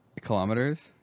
Kilometers